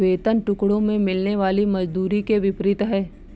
वेतन टुकड़ों में मिलने वाली मजदूरी के विपरीत है